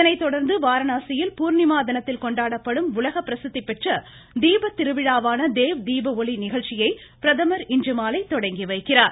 இதனை தொடர்ந்து வாரணாசியில் பூர்ணிமா தினத்தில் கொண்டாடப்படும் உலக பிரசித்தி பெற்ற தீபத்திருவிழாவான தேவ் தீப ஒளி நிகழ்ச்சியை பிரதமர் இன்றுமாலை தொடங்கி வைக்கிறார்